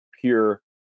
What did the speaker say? pure